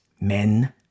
men